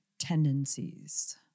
tendencies